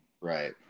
Right